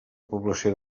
població